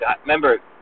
Remember